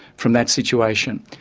from that situation.